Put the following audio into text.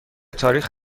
تاریخ